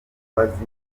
murabizi